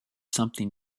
something